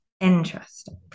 Interesting